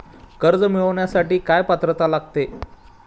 कर्ज मिळवण्यासाठी काय पात्रता लागेल?